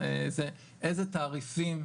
איזה תעריפים,